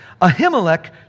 Ahimelech